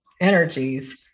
energies